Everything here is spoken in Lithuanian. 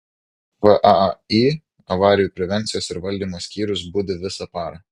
vaai avarijų prevencijos ir valdymo skyrius budi visą parą